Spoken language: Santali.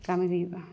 ᱠᱟᱹᱢᱤ ᱦᱩᱭᱩᱜᱼᱟ